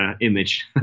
image